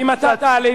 אם אתה תעליב,